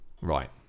Right